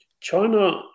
China